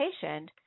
patient